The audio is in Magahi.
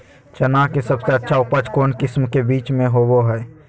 चना के सबसे अच्छा उपज कौन किस्म के बीच में होबो हय?